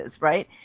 right